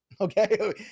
okay